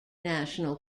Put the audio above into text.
national